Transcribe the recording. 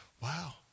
Wow